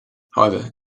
however